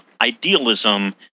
idealism